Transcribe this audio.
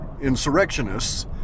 insurrectionists